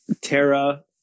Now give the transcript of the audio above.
Tara